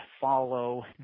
follow